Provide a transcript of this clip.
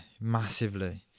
massively